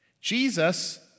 Jesus